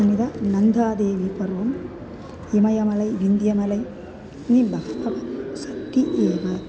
अन्यथा नन्दा देवीपर्वं हिमयमलै विन्द्यमलै नव हवः सति एव